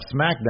SmackDown